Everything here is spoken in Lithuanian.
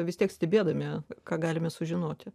vis tiek stebėdami ką galime sužinoti